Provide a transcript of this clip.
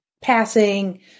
passing